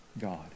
God